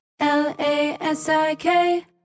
L-A-S-I-K